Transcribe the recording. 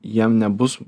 jam nebus